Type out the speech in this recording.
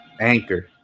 anchor